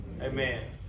Amen